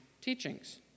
teachings